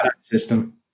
system